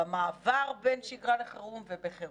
במעבר בין שגרה לחירום ובחירום.